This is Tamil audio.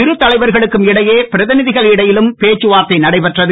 இருதலைவர்களுக்கும் இடையே பிரதிநிதிகள் இடையிலும் பேச்சுவார்த்தை நடைபெற்றது